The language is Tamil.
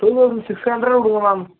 டூ தௌசண்ட் சிக்ஸ் ஹண்ட்ரட் கொடுங்க மேம்